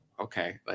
Okay